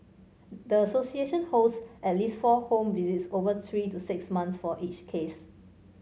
the association holds at least four home visits over three to six months for each case